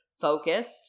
focused